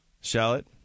Shallot